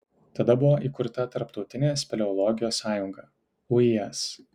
tada buvo įkurta tarptautinė speleologijos sąjunga uis